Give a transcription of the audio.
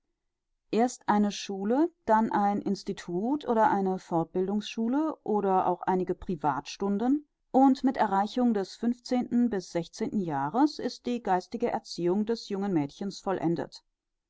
erst eine schule dann ein institut oder eine fortbildungsschule oder auch einige privatstunden und mit erreichung des jahres ist die geistige erziehung des jungen mädchens vollendet